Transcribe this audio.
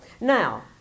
Now